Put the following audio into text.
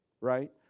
Right